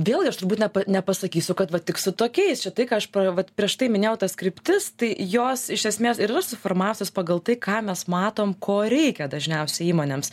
vėlgi aš turbūt nepa nepasakysiu kad va tik su tokiais čia tai ką aš vat prieš tai minėjau tas kryptis tai jos iš esmės ir yra susiformavusios pagal tai ką mes matom ko reikia dažniausiai įmonėms